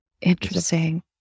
Interesting